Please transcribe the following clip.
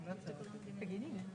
איך את מביאה אותם להיפגש ביניהם?